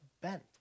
bent